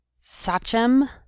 Sachem